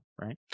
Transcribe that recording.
right